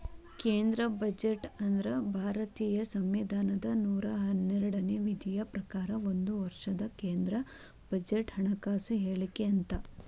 ಕೇಂದ್ರ ಬಜೆಟ್ ಅಂದ್ರ ಭಾರತೇಯ ಸಂವಿಧಾನದ ನೂರಾ ಹನ್ನೆರಡನೇ ವಿಧಿಯ ಪ್ರಕಾರ ಒಂದ ವರ್ಷದ ಕೇಂದ್ರ ಬಜೆಟ್ ಹಣಕಾಸು ಹೇಳಿಕೆ ಅಂತ